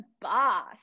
Boss